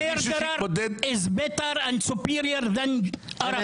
Jewish murderer is better and superior than Arab murderer.